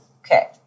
Okay